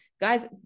Guys